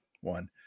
one